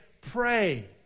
pray